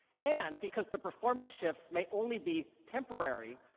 and because the performance shifts may only be temporary,